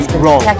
wrong